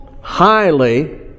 highly